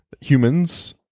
Humans